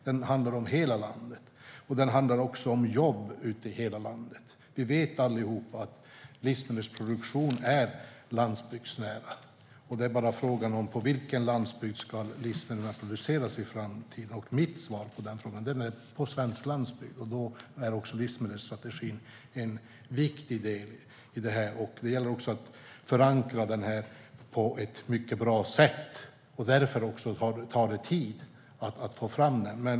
Den handlar om hela landet, och den handlar om jobb i hela landet. Vi vet alla att livsmedelsproduktion är landsbygdsnära. Frågan är bara på vilken landsbygd livsmedlen ska produceras i framtiden. Mitt svar på den frågan är på svensk landsbygd. Då är livsmedelsstrategin en viktig del i det hela. Det gäller att också förankra den på ett bra sätt. Därför tar det tid att ta fram den.